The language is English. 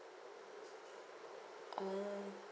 oh